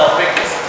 זה הרבה כסף.